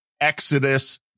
exodus